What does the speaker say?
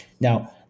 Now